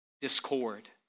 discord